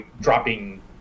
dropping